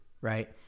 right